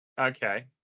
Okay